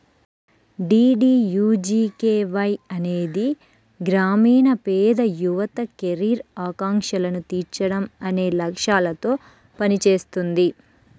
DDUGKY అనేది గ్రామీణ పేద యువత కెరీర్ ఆకాంక్షలను తీర్చడం అనే లక్ష్యాలతో పనిచేస్తుంది